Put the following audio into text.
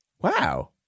wow